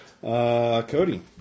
Cody